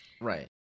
Right